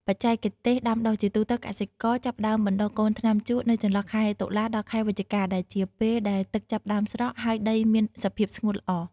បច្ចេកទេសដាំដុះ ជាទូទៅ កសិករចាប់ផ្ដើមបណ្តុះកូនថ្នាំជក់នៅចន្លោះខែតុលាដល់ខែវិច្ឆិកា ដែលជាពេលដែលទឹកចាប់ផ្ដើមស្រកហើយដីមានសភាពស្ងួតល្អ។